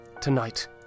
Tonight